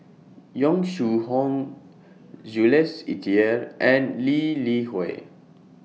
Yong Shu Hoong Jules Itier and Lee Li Hui